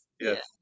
yes